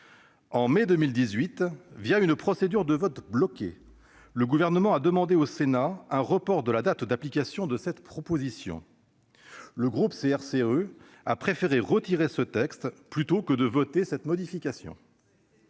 En mai 2018, une procédure de vote bloqué, le Gouvernement a demandé au Sénat un report de la date d'application de cette proposition. Le groupe CRCE a préféré retirer ce texte plutôt que de voter cette modification.